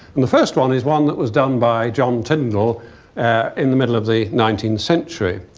and the first one is one that was done by john tyndall in the middle of the nineteenth century.